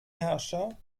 herrscher